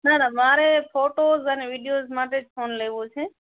ના ના મારે ફોટોસ અને વિડીઓસ માટે જ ફોન લેવો છે